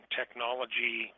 technology